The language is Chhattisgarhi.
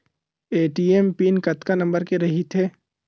ए.टी.एम पिन कतका नंबर के रही थे?